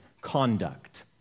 conduct